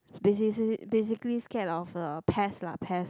basisally basically scared of uh pest lah pest